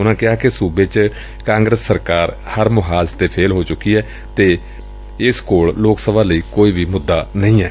ਉਨਾਂ ਕਿਹਾ ਕਿ ਸੁਬੇ ਚ ਕਾਂਗਰਸ ਸਰਕਾਰ ਹਰ ਮੁਹਾਜ਼ ਤੇ ਫੇਲ਼ ਹੋਂ ਚੁੱਕੀ ਏ ਅਤੇ ਇਸ ਕੋਲ ਲੋਕ ਸਭਾ ਲਈ ਕੋਈ ਮੁੱਦਾ ਨਹੀਂ ਏ